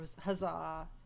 huzzah